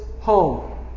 home